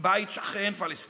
בית של פלסטיני,